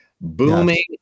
booming